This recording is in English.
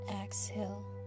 Exhale